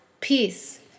Peace